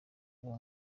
ubu